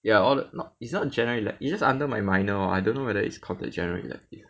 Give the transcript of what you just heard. ya all the it's not general elective it's just under my minor I don't know whether it's counted general elective